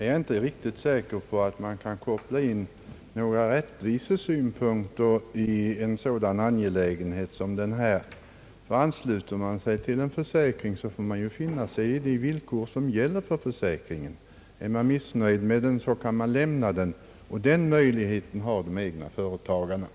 är jag inte riktigt säker på att det kan kopplas in några rättvisesynpunkter i en sådan angelägenhet som det här gäller. Ansluter man sig till en försäkring, får man ju finna sig i de villkor, som gäller för försäkringen. Är man missnöjd med den, kan man lämna den — den möjligheten har de egna företagarna.